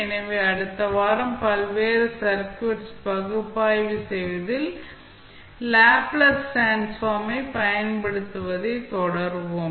எனவே அடுத்த வாரம் பல்வேறு சர்க்யூட்ஸ் ஐ பகுப்பாய்வு செய்வதில் லேப்ளேஸ் டிரான்ஸ்ஃபார்ம் ஐ பயன்படுத்துவதைத் தொடருவோம்